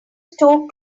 store